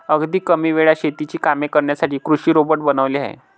अगदी कमी वेळात शेतीची कामे करण्यासाठी कृषी रोबोट बनवले आहेत